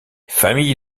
famille